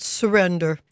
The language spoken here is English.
surrender